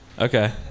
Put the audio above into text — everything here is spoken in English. Okay